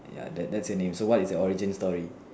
ya that that's your name so what is your origin story